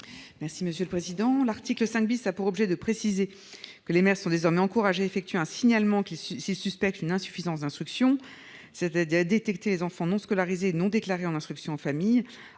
Darcos. Aux termes de l'article 5 , les maires sont désormais encouragés à effectuer un signalement s'ils suspectent une insuffisance d'instruction, c'est-à-dire à détecter les enfants non scolarisés et non déclarés en instruction en famille.